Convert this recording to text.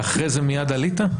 ואחרי זה מיד עלית?